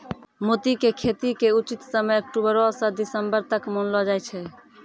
मोती के खेती के उचित समय अक्टुबरो स दिसम्बर तक मानलो जाय छै